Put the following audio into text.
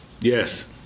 Yes